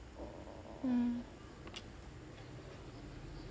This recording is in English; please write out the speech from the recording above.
mm